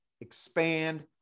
expand